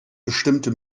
bestimmte